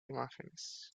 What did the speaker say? imágenes